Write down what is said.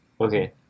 Okay